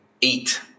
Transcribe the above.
eat